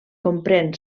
comprèn